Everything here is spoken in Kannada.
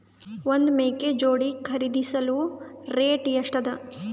ಒಂದ್ ಮೇಕೆ ಜೋಡಿ ಖರಿದಿಸಲು ರೇಟ್ ಎಷ್ಟ ಅದ?